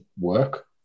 work